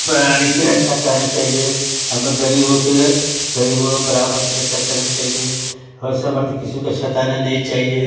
प्राणी के रक्षा करना चाहिए हम गरीबों केर गरीबों ब्राह्मण के रक्षा करनी चाहिए और समर्थ किसी के सताना नहीं चाहिए